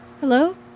Hello